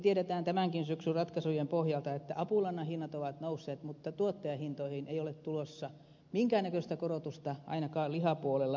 tiedämme tämänkin syksyn ratkaisujen pohjalta että apulannan hinnat ovat nousseet mutta tuottajahintoihin ei ole tulossa minkäännäköistä korostusta ainakaan lihapuolella